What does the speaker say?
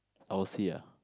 I will see ah